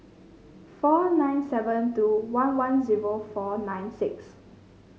four nine seven two one one zero four nine six